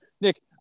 Nick